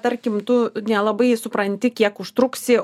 tarkim tu nelabai supranti kiek užtruksi